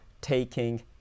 taking